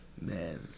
man